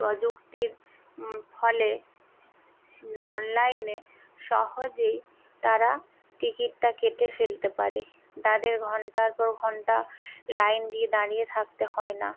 প্রযুক্তির ফলে অনলাইনে সহজেই তারা টিকিটটা কেটে ফেলতে পারে তাদের ঘন্টার পর ঘন্টা লাইন দিয়ে দাঁড়িয়ে থাকতে হয় না